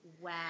wow